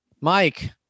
Mike